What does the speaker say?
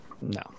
No